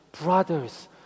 brothers